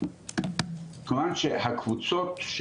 כמובן שהקבוצות,